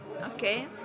Okay